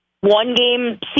one-game